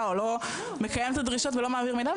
או לא מקיים את הדרישות ולא מעביר מידע,